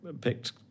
picked